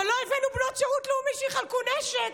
אבל לא הבאנו בנות שירות לאומי שיחלקו נשק.